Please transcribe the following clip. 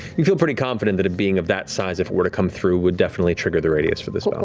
you feel pretty confident that a being of that size, if it were to come through, would definitely trigger the radius for the sort of